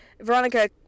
Veronica